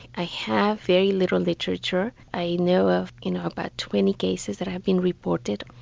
i have very little literature, i know of you know about twenty cases that have been reported.